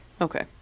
Okay